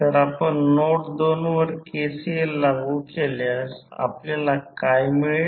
तर आपण नोड 2 वर KCL लागू केल्यास आपल्याला काय मिळेल